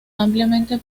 ampliamente